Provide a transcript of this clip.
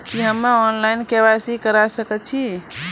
की हम्मे online, KYC करा सकैत छी?